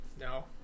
no